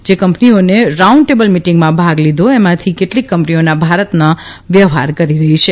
જે કંપનીઓએ round table મીટીંગમાં ભાગ લીધો એમાંથી કેટલીક કંપનીઓના ભારતમાં વ્યવહાર કરી રહી છે